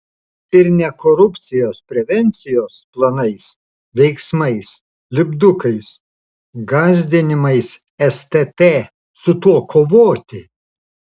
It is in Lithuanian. ir ne korupcijos prevencijos planais veiksmais lipdukais gąsdinimais stt su tuo kovoti